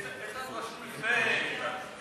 איתן ברושי רשום לפני יעל גרמן.